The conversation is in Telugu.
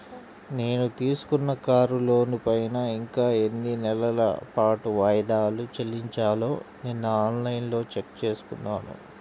నేను తీసుకున్న కారు లోనుపైన ఇంకా ఎన్ని నెలల పాటు వాయిదాలు చెల్లించాలో నిన్నఆన్ లైన్లో చెక్ చేసుకున్నాను